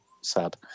sad